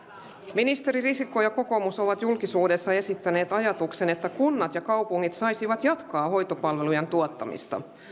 ministeri risikko ja kokoomus ovat julkisuudessa esittäneet ajatuksen että kunnat ja kaupungit saisivat jatkaa hoitopalvelujen tuottamista